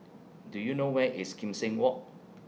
Do YOU know Where IS Kim Seng Walk